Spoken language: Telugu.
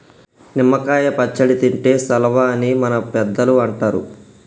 నిమ్మ కాయ పచ్చడి తింటే సల్వా అని మన పెద్దలు అంటరు